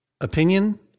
opinion